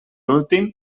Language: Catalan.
últim